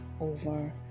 over